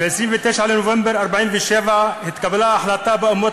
ב-29 לנובמבר 1947 התקבלה החלטה באומות